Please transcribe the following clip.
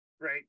right